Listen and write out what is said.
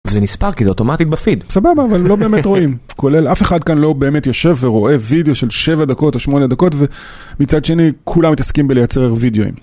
זה נספר כי זה אוטומטית בפיד, סבבה אבל לא באמת רואים, כולל אף אחד כאן לא באמת יושב ורואה וידאו של 7 דקות או 8 דקות ומצד שני כולם מתעסקים בלייצר וידאו-ים.